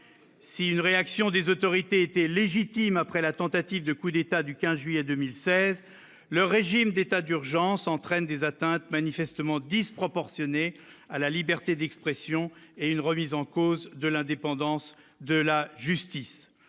si une réaction des autorités était légitime après la tentative de coup d'État du 15 juillet 2016, le régime d'état d'urgence entraîne des atteintes manifestement disproportionnée à la liberté d'expression et une remise en cause de l'indépendance de la justice,